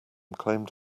claimed